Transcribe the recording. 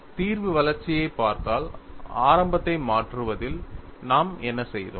தீர்வு வளர்ச்சியைப் பார்த்தால் ஆரம்பத்தை மாற்றுவதில் நாம் என்ன செய்தோம்